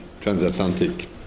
transatlantic